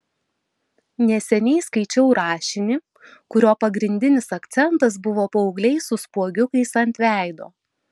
neseniai skaičiau rašinį kurio pagrindinis akcentas buvo paaugliai su spuogiukais ant veido